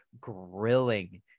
grilling